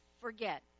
forget